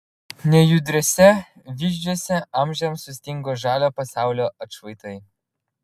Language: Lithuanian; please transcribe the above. nejudriuose vyzdžiuose amžiams sustingo žalio pasaulio atšvaitai